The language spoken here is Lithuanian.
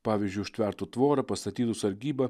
pavyzdžiui užtvertų tvorą pastatytų sargybą